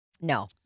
No